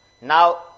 Now